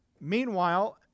Meanwhile